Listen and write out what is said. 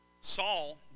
Saul